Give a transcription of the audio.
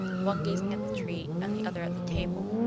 one gazing at the tree and the other at the table.